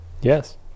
Yes